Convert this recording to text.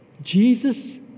Jesus